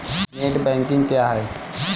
Net banking क्या है?